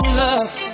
love